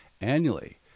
annually